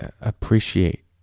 appreciate